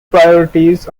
priorities